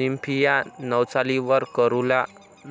Nymphaea nouchali var caerulea